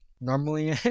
Normally